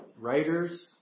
writers